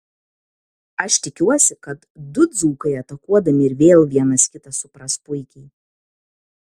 aš tikiuosi kad du dzūkai atakuodami ir vėl vienas kitą supras puikiai